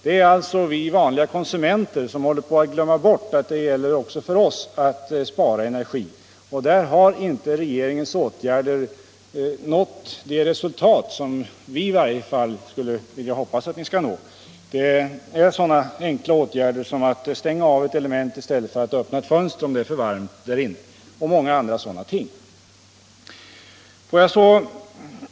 Det är alltså vi vanliga konsumenter som håller på att glömma bort att även vi skall spara energi. Där har regeringens åtgärder inte nått det resultat som i varje fall vi inom folkpartiet vill. Det kan gälla sådana enkla åtgärder som att stänga av ett element i stället för att öppna ett fönster om det är för varmt, och många andra liknande ting.